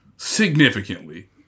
significantly